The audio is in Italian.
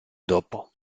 dopo